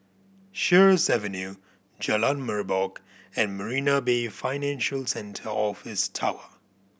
Sheares Avenue Jalan Merbok and Marina Bay Financial Centre Office Tower